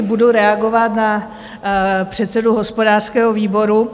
Budu reagovat na předsedu hospodářského výboru.